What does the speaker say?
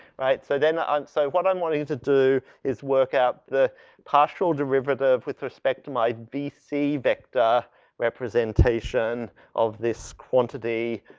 right, so then, um, so what i'm wanting you to do is work out the partial derivative with respect to my vc vector representation of this quantity,